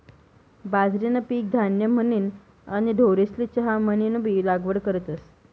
बाजरीनं पीक धान्य म्हनीन आणि ढोरेस्ले चारा म्हनीनबी लागवड करतस